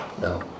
No